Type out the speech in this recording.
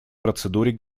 процедуре